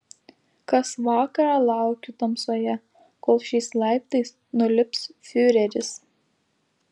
kas vakarą laukiu tamsoje kol šiais laiptais nulips fiureris